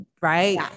right